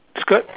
skirt